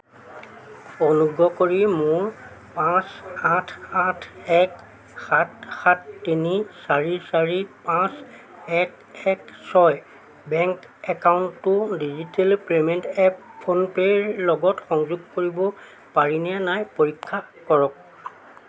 অনুগ্ৰহ কৰি মোৰ পাঁচ আঠ আঠ এক সাত সাত তিনি চাৰি চাৰি পাঁচ এক এক ছয় বেংক একাউণ্টটো ডিজিটেল পে'মেণ্ট এপ ফোনপে'ৰ লগত সংযোগ কৰিব পাৰিনে নাই পৰীক্ষা কৰক